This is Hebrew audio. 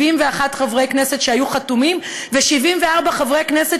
71 חברי כנסת היו חתומים ו-74 חברי כנסת